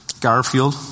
Garfield